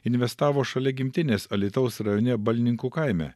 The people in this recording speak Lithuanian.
investavo šalia gimtinės alytaus rajone balninkų kaime